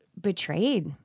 betrayed